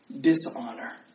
dishonor